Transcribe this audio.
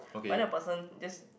but then the person just